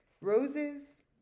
roses